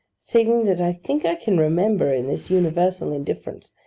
saving that i think i can remember, in this universal indifference,